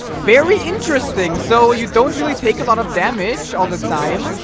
very interesting so you don't really take a lot of damage all the time,